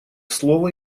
слово